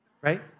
right